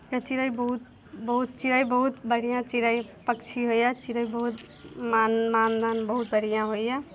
चिड़ै बहुत चिड़ै बहुत बढ़िआँ चिड़ै पक्षी होइए चिड़ै बहुत बहुत बढ़िआँ होइए